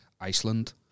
Iceland